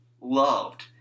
loved